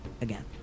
again